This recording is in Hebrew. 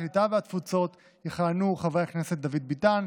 הקליטה והתפוצות יכהנו חברי הכנסת דוד ביטן,